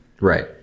Right